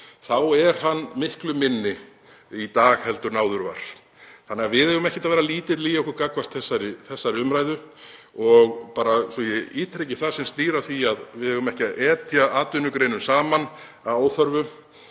þá er hann miklu minni í dag heldur en áður var. Við eigum ekkert að vera lítil í okkur gagnvart þessari umræðu og svo ég ítreki það sem snýr að því að við eigum ekki að etja atvinnugreinum saman að óþörfu